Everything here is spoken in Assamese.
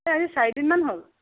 এই আজি চাৰি দিন মান হ'ল